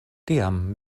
tiam